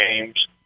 games